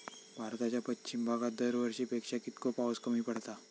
भारताच्या पश्चिम भागात दरवर्षी पेक्षा कीतको पाऊस कमी पडता?